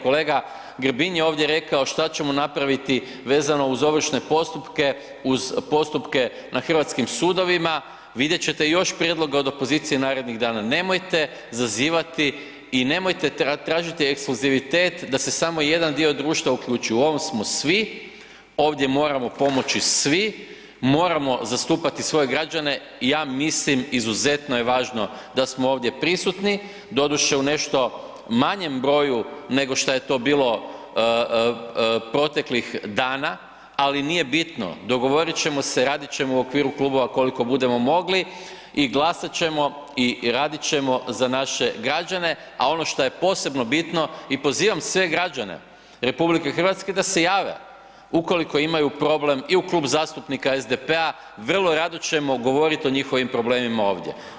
Kolega Grbin je ovdje rekao šta ćemo napraviti vezano uz ovršne postupke, uz postupke na hrvatskim sudovima, vidjet ćete još prijedloga od opozicije narednih dana, nemojte zazivati i nemojte tražiti ekskluzivitet da se samo jedan dio društva samo uključi, u ovom smo svi, ovdje moramo pomoći svi, moramo zastupati svoje građane i ja mislim, izuzetno je važno da smo ovdje pristupni, doduše u nešto manje broju nego šta je to bilo proteklih dana ali nije bitno, dogovorit ćemo se, radit ćemo u okviru klubova koliko budemo mogli i glasat ćemo i radit ćemo za naše građane a ono šta je posebno bitno, i pozivam sve građane RH da se jave ukoliko imaju problem i u Klubu zastupnika SDP-a, vrlo rado ćemo govoriti o njihovim problemima ovdje.